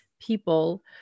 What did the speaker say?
people